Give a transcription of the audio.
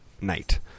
night